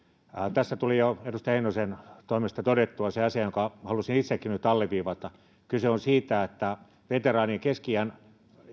tässä tuli jo edustaja heinosen toimesta todettua se asia jonka halusin itsekin nyt alleviivata kyse on siitä että veteraanien keski iän